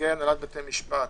נציגי הנהלת בתי המשפט,